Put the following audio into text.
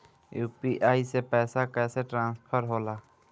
UPI से पैसा कैसे ट्रांसफर होला?